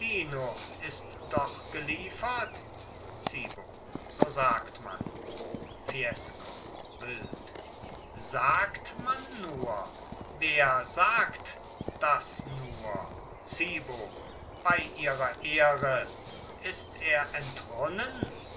ist doch geliefert zibo so sagt man fiesco wild sagt man nur wer sagt das nur zibo bei ihrer ehre ist er